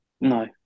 No